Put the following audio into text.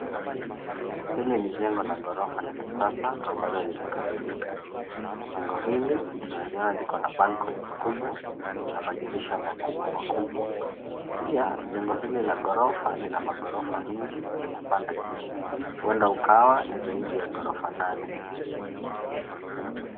Hili ni jengo la ghorofa la kisasa ambalo limekamilika. Jengo hili tunaliona likona balconies kubwa na madirisha makubwa makubwa. Pia jengo hili la ghorofa lina ghorofa mingi ya kupanda juu, huenda ukawa ni zaidi ya ghorofa nane.